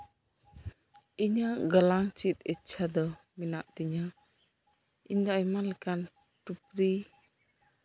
ᱤᱧᱟᱹᱜ ᱜᱟᱞᱟᱝ ᱪᱮᱫ ᱤᱪᱪᱷᱟ ᱫᱚ ᱢᱮᱱᱟᱜ ᱛᱤᱧᱟᱹ ᱤᱧ ᱫᱚ ᱟᱭᱢᱟ ᱞᱮᱠᱟᱱ ᱴᱩᱯᱨᱤ